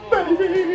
Baby